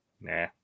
Nah